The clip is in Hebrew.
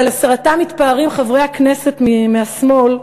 ועל הסרתם מתפארים חברי הכנסת מהשמאל,